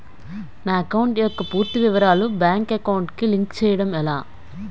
నా అకౌంట్ యెక్క పూర్తి వివరాలు బ్యాంక్ అకౌంట్ కి లింక్ చేయడం ఎలా?